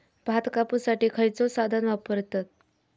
भात कापुसाठी खैयचो साधन वापरतत?